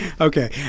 Okay